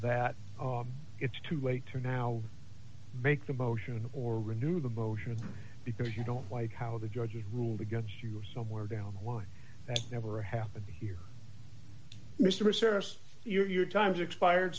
that it's too late to now make the motion or renew the motion because you don't like how the judge ruled against you or somewhere down the line that's never happened here mr service your time's expired